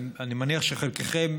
אני מניח שחלקכם,